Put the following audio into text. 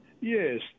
Yes